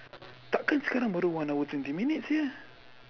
takkan sekarang baru one hour twenty minutes sia